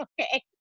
okay